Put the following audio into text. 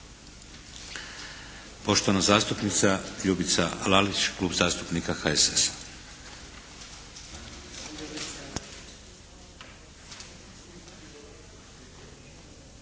Poštovana zastupnica Ljubica Lalić Klub zastupnika HSS-a.